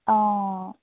অঁ